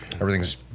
everything's